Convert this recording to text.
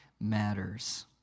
matters